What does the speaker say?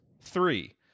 three